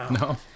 No